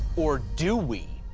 or do we?